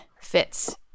fits